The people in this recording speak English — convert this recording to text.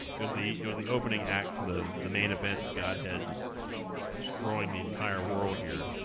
it was the it was the opening act to the the main event of godhead just destroying the entire world here